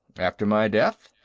after my death.